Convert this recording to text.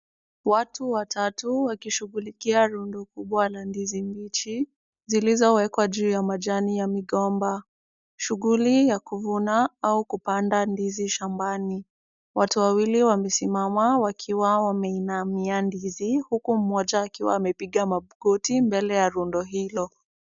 Watu watatu wakishughulikia rundo kubwa la ndizi mbichi zilizowekwa juu ya majani ya migomba. Shughuli ya kuvuna au kupanda ndizi shambani. Watu wawili wamesimama wakiwa wameinamia ndizi huku mmoja akiwa amepiga magoti mbele ya rundo hilo.